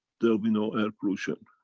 there will be no air pollution.